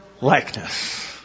likeness